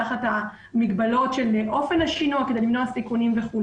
תחת המגבלות של אופן השינוע כדי למנוע סיכונים וכולי.